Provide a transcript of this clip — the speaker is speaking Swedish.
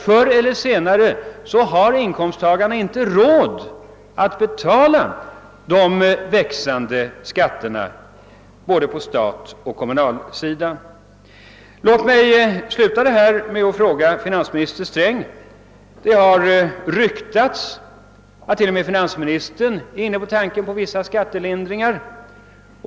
Förr eller senare har inkomsttagarna inte längre råd att betala de växande skatterna både på statsoch kommunalsidan. Låt mig sluta detta anförande med att ställa en fråga till finansminister Sträng. Det har ryktats att t.o.m. finansministern är inne på tanken på vissa skattelindringar.